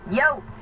Yo